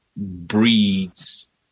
breeds